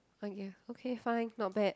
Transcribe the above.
okay okay fine not bad